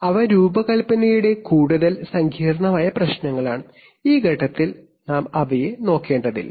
അവ രൂപകൽപ്പനയുടെ കൂടുതൽ സങ്കീർണ്ണമായ പ്രശ്നങ്ങളാണ് ഈ ഘട്ടത്തിൽ ഞങ്ങൾ അവയെ നോക്കേണ്ടതില്ല